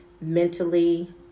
mentally